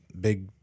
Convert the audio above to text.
big